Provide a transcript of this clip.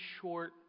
short